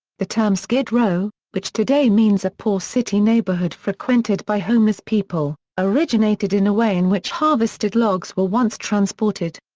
the term skid row, which today means means a poor city neighbourhood frequented by homeless people, originated in a way in which harvested logs were once transported.